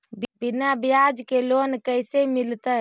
बिना ब्याज के लोन कैसे मिलतै?